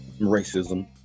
racism